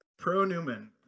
Pro-Newman